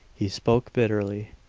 he spoke bitterly.